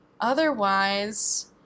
otherwise